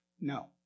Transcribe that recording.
No